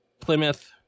Plymouth